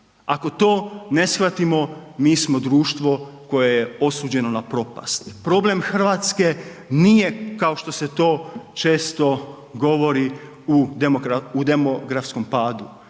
Ako to ne shvatimo, mi smo društvo koje je osuđeno na propast. Problem RH nije kao što se to često govori u demografskom padu,